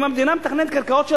אם המדינה מתכננת קרקעות שלה,